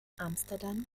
amsterdam